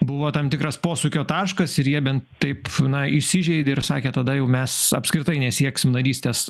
buvo tam tikras posūkio taškas ir jie bent taip na įsižeidė ir sakė tada jau mes apskritai nesieksim narystės